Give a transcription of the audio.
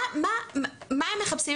מה הם מחפשים?